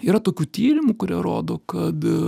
yra tokių tyrimų kurie rodo kad